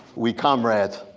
we comrades,